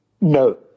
No